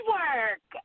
work